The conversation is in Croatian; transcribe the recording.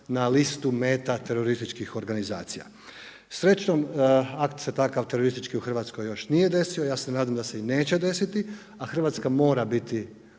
na listu meta terorističkih organizacija. Srećom, akt se takav teroristički u Hrvatskoj još nije desio, ja se nadam da se i neće desiti, a Hrvatska mora biti